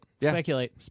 Speculate